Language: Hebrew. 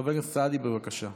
חבר הכנסת סעדי, בבקשה.